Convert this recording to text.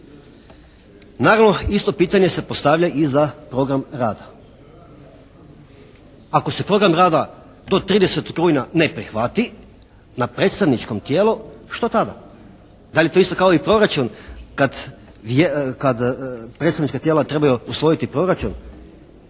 Naravno, isto pitanje se postavlja i za program rada. Ako se program rada do 30. rujna ne prihvati na predstavničko tijelo, što tada? Da li … /Govornik se ne razumije./ kao proračun kad predstavnička tijela trebaju usvojiti proračun?